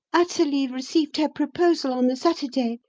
athalie received her proposal on the saturday,